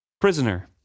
Prisoner